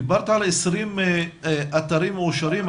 דיברת על 20 אתרים מאושרים.